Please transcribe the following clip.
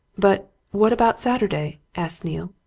but what about saturday? asked neale.